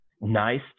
Nice